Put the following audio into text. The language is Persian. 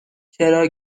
چرا